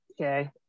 okay